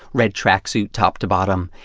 red tracksuit top to bottom.